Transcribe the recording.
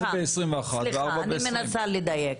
אני מנסה לדייק.